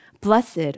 Blessed